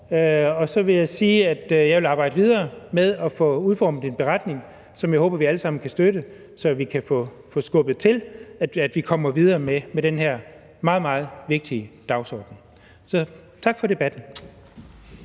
og så vil jeg sige, at jeg vil arbejde videre med at få udformet en beretning, som jeg håber vi alle sammen kan støtte, så vi kan få skubbet til, at vi kommer videre med den her meget, meget vigtige dagsorden. Så tak for debatten.